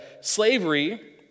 slavery